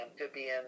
amphibian